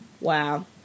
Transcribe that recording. Wow